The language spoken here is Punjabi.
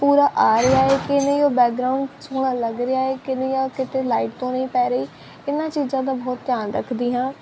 ਪੂਰਾ ਆ ਰਿਹਾ ਕਿ ਨਹੀਂ ਬੈਕਗਰਾਉਂਡ ਸੋਹਣਾ ਲੱਗ ਰਿਹਾ ਕਿ ਨਹੀਂ ਕਿਤੇ ਲਾਈਟ ਤੋਂ ਨਹੀਂ ਪੈ ਰਹੀ ਇਹਨਾਂ ਚੀਜ਼ਾਂ ਦਾ ਬਹੁਤ ਧਿਆਨ ਰੱਖਦੀ ਹਾਂ